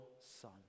Son